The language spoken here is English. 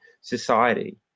society